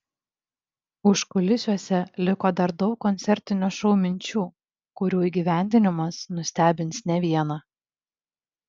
užkulisiuose liko dar daug koncertinio šou minčių kurių įgyvendinimas nustebins ne vieną